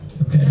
Okay